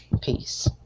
peace